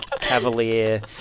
cavalier